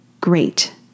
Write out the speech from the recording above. Great